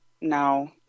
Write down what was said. no